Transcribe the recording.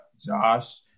Josh